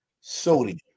Sodium